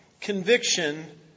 conviction